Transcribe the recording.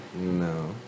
No